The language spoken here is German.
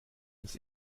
uns